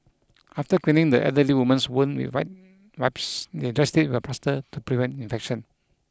after cleaning the elderly woman's wound with wet wipes they dressed it with a plaster to prevent infection